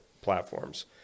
platforms